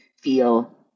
feel